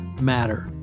matter